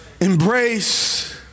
embrace